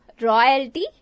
royalty